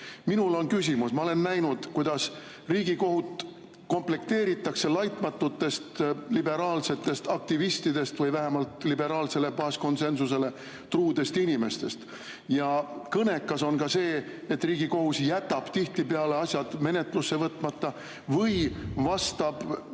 minul küsimus. Ma olen näinud, kuidas Riigikohut komplekteeritakse laitmatutest liberaalsetest aktivistidest või vähemalt liberaalsele baaskonsensusele truudest inimestest. Ja kõnekas on ka see, et Riigikohus jätab tihtipeale asjad menetlusse võtmata või vastab